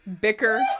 bicker